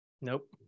Nope